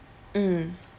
mm